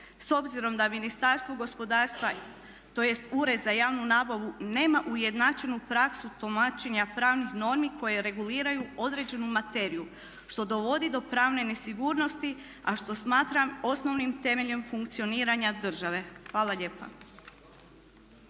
S obzirom da Ministarstvo gospodarstva, tj. ured za javnu nabavu nema ujednačenu praksu tumačenja pravnih normi koje reguliraju određenu materiju što dovodi do pravne nesigurnosti a što smatram osnovnim temeljem funkcioniranja države. Hvala lijepa.